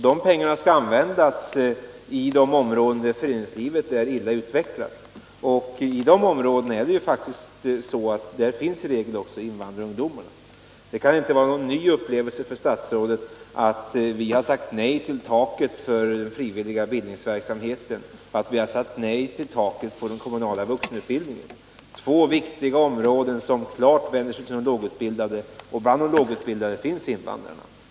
De pengarna skall användas i de områden där föreningslivet är illa utvecklat. I de områdena finns som regel också invandrarungdomarna. Det kan inte vara någon ny upplevelse för statsrådet att vi har sagt nej till taket för den frivilliga folkbildningsverksamheten, att vi har sagt nej till taket för den kommunala vuxenutbildningen — två viktiga områden som klart riktar sig till de lågutbildade. Bland de lågutbildade finns invandrarna.